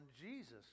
Jesus